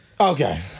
Okay